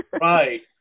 Right